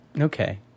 Okay